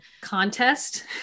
contest